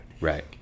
Right